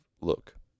look